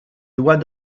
doigt